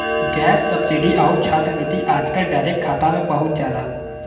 gas subsidy आउर छात्रवृत्ति आजकल डायरेक्ट खाता में पहुंच जाला